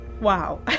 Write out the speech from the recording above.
Wow